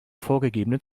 vorgegebenen